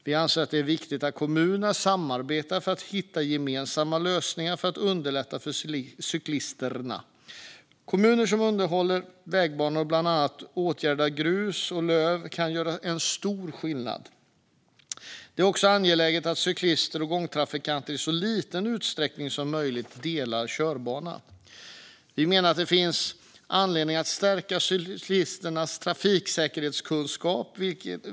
Vi anser att det är viktigt att kommunerna samarbetar för att hitta gemensamma lösningar för att underlätta för cyklisterna. Kommuner som underhåller vägbanor och bland annat åtgärdar grus och löv kan göra stor skillnad. Det är också angeläget att cyklister och gångtrafikanter i så liten utsträckning som möjligt delar körbana. Vi menar att det finns anledning att stärka cyklisternas trafiksäkerhetskunskap.